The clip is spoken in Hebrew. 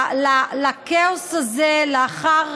לכאוס הזה, לאחר